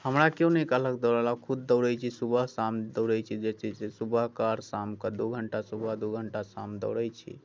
हमरा केओ नहि कहलक दौड़ै लए खुद दौड़ैत छी सुबह शाम दौड़ैत छी जे छै से सुबहके आओर शामके दू घण्टा सुबह आओर दू घण्टा शाम दौड़ैत छी